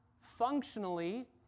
functionally